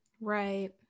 right